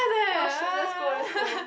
!wah! shoot let's go let's go